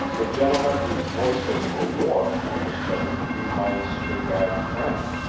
the gentleman whose voice was for war i discovered to be my snake-eyed friend.